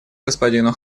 господину